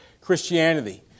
Christianity